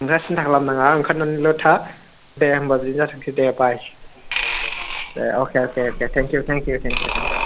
नोंथाङा सिन्था खालाम नाङा ओंखारनानल' था दे होम्बा बिदिनो जाथोंसै दे बाइ दे अके अके दे thank you thank you thank U